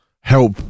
help